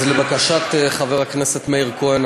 אז לבקשת חבר הכנסת מאיר כהן,